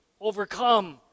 overcome